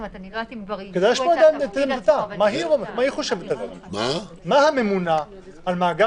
אני לא יודעת אם זו היא עצמה --- כדאי לשמוע מה הממונה על מאגר